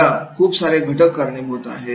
याला खूप सारे घटक कारणीभूत आहेत